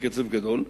בקצב גדול.